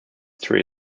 three